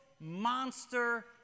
monster